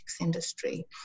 industry